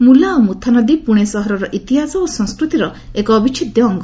ମୁଲା ଓ ମୁଥା ନଦୀ ପୁଣେ ସହରର ଇତିହାସ ଓ ସଂସ୍କୃତିର ଏକ ଅବିଚ୍ଛେଦ୍ୟ ଅଙ୍ଗ